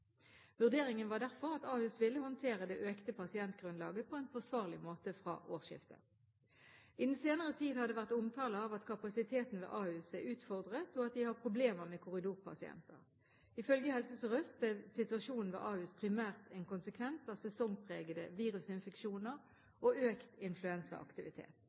Vurderingen var derfor at Ahus ville håndtere det økte pasientgrunnlaget på en forsvarlig måte fra årsskiftet. I den senere tid har det vært omtale av at kapasiteten ved Ahus er utfordret, og at de har problemer med korridorpasienter. Ifølge Helse Sør-Øst er situasjonen ved Ahus primært en konsekvens av sesongpregede